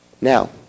Now